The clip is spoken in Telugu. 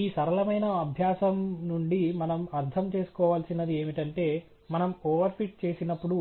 ఈ సరళమైన అభ్యాసం నుండి మనం అర్థం చేసుకోవలసినది ఏమిటంటే మనం ఓవర్ ఫిట్ చేసినప్పుడు